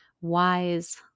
wise